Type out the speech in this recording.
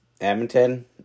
Edmonton